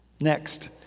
Next